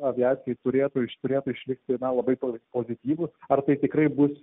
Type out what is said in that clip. aviacijai turėtų turėtų išlikti labai pozityvūs ar tai tikrai bus